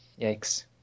Yikes